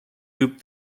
group